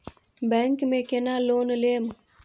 Bank में केना loan लेम?